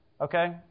Okay